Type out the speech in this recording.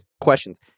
questions